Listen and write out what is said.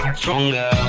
stronger